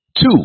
Two